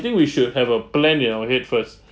think we should have a plan in our head first